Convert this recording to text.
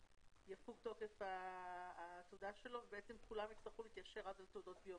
יפוג תוקף התעודה שלו וכולם יצטרכו להתיישר אז על תעודות ביומטריות.